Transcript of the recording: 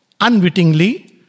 unwittingly